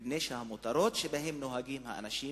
מפני שהמותרות שבהן נוהגים האנשים